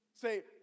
say